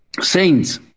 Saints